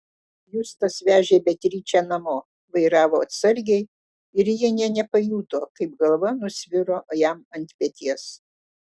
justas vežė beatričę namo vairavo atsargiai ir ji nė nepajuto kaip galva nusviro jam ant peties